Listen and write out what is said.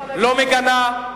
לא מגנה,